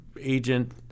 agent